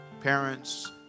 parents